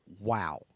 wow